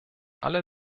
alle